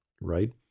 right